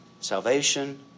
Salvation